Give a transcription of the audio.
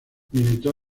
militó